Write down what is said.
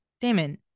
damon